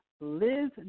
Liz